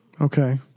Okay